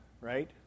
Right